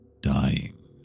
dying